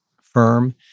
firm